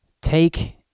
take